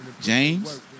James